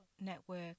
network